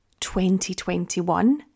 2021